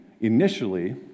initially